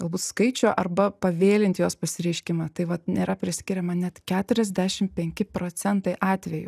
galbūt skaičių arba pavėlint jos pasireiškimą tai vat nėra priskiriama net keturiasdešim penki procentai atvejų